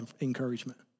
encouragement